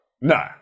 No